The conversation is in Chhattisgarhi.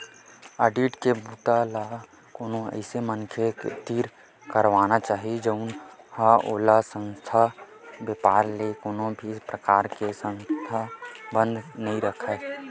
आडिट के बूता ल कोनो अइसन मनखे तीर कराना चाही जउन ह ओ संस्था, बेपार ले कोनो भी परकार के संबंध नइ राखय